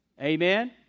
Amen